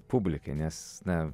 publikai nes na